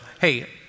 hey